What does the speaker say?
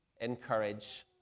encourage